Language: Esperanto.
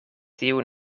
tiu